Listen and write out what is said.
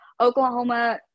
Oklahoma